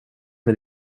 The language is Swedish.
med